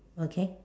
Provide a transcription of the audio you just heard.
okay